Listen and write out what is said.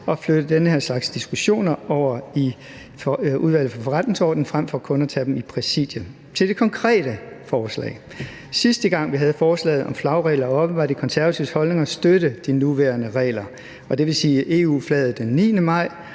at føre den her slags diskussioner i Udvalget for Forretningsordenen frem for kun at tage dem i Præsidiet. Til det konkrete forslag: Sidste gang, vi havde forslaget om flagregler oppe, var De Konservatives holdning at støtte de nuværende regler, og dvs. EU-flaget den 9. maj